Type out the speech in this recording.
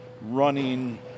running